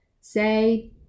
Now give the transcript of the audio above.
say